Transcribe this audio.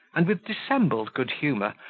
and, with dissembled good-humour,